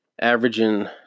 averaging